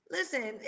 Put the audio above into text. Listen